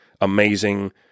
amazing